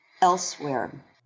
elsewhere